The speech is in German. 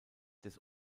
des